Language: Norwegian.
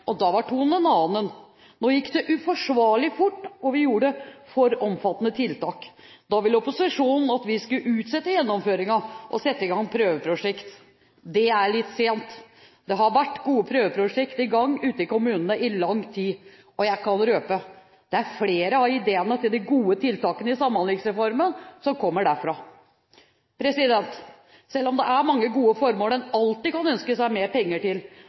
og da var tonen en annen – nå gikk det uforsvarlig fort, og vi gjorde for omfattende tiltak. Da ville opposisjonen at vi skulle utsette gjennomføringen og sette i gang prøveprosjekt. Det er litt sent. Det har vært gode prøveprosjekter i gang ute i kommunene i lang tid, og jeg kan røpe at flere av ideene til de gode tiltakene i Samhandlingsreformen kommer derfra. Selv om det er mange gode formål en alltid kan ønske seg mer penger til,